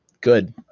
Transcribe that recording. good